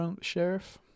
sheriff